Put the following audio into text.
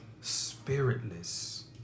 spiritless